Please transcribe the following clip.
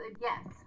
yes